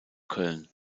köln